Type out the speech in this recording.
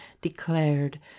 declared